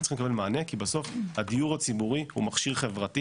כי בסוף הדיור הציבורי הוא מכשיר חברתי